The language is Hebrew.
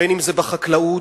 בין בחקלאות,